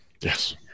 Yes